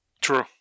True